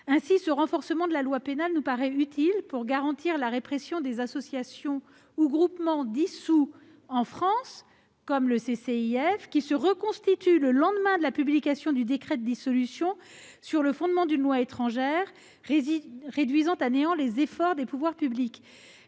Ainsi, ce renforcement de la loi pénale nous paraît utile pour garantir la répression des associations ou groupements dissous en France, comme le CCIF, qui se reconstituent le lendemain de la publication du décret de dissolution sur le fondement d'une loi étrangère, réduisant à néant les efforts des pouvoirs publics.